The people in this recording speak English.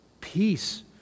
peace